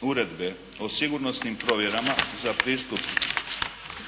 Uredbe o sigurnosnim provjerama za pristup